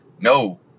no